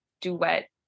duet